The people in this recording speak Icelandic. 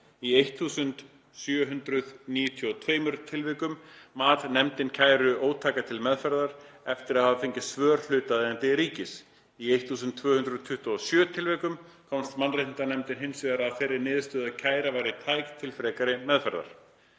Í 1.792 tilvikum mat nefndin kæru ótæka til meðferðar eftir að hafa fengið svör hlutaðeigandi ríkis. Í 1.227 tilvikum komst mannréttindanefndin hins vegar að þeirri niðurstöðu að kæra væri tæk til frekari meðferðar.